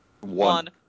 One